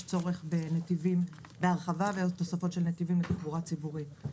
צורך בהרחבה או תוספות של נתיבים לתחבורה ציבורית.